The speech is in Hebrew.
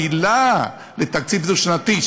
העילה לתקציב דו-שנתי,